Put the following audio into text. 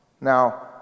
Now